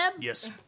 Yes